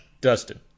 Dustin